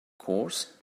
course